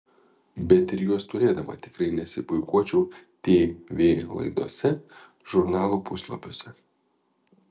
bet ir juos turėdama tikrai nesipuikuočiau tv laidose žurnalų puslapiuose